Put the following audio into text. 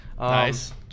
Nice